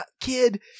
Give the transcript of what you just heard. kid